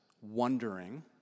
wondering